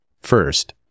First